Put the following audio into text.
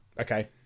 Okay